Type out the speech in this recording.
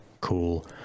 cool